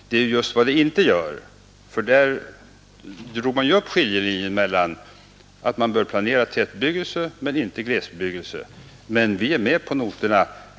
Det är nämligen just vad den inte gör, för i de principerna drogs upp en skiljelinje: man bör planera tätbebyggelse men inte glesbebyggelse. Men vi är med på noterna.